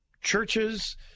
churches